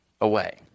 away